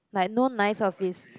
like no nice office